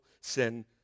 sin